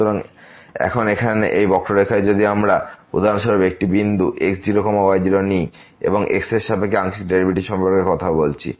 সুতরাং এখন এখানে এই বক্ররেখায় যদি আমরা উদাহরণস্বরূপ একটি বিন্দু x0 y0 নিই এবং আমরা x এর সাপেক্ষে আংশিক ডেরিভেটিভ সম্পর্কে কথা বলছি